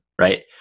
right